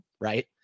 Right